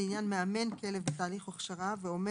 עכשיו הייתה לנו דוגמה של צוריאל פרידמן שטס לחוץ לארץ,